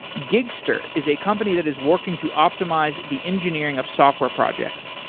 gigster is a company that is working to optimize the engineering of software projects.